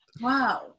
wow